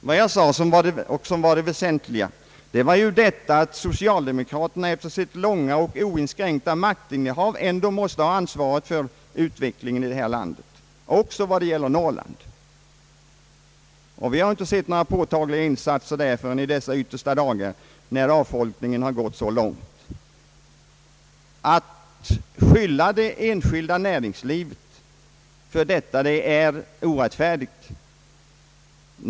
Herr talman! Det väsentliga i mitt anförande var att socialdemokraterna efter sitt långa och oinskränkta maktinnehav måste ha ansvaret för utvecklingen i det här landet, också vad gäller Norrland. Vi har inte sett några påtagliga insatser där förrän i dessa yttersta dagar, när avfolkningen redan gått så långt. Att skjuta skulden på det enskilda näringslivet för detta är orätt Allmänpolitisk debatt färdigt.